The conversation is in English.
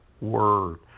word